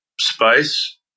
spice